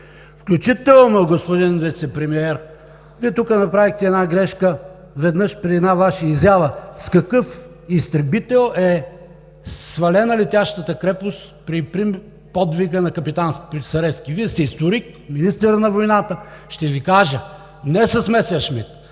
включително, господин Вицепремиер, Вие тук направихте една грешка веднъж при една Ваша изява, с какъв изтребител е свалена летящата крепост при подвига на капитан Списаревски. Вие сте историк, министър на войната, ще Ви кажа, не с „Месершмит“,